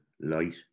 light